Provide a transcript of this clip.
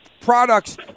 products